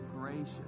gracious